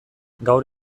gaur